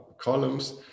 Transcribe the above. columns